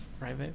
Right